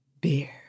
beer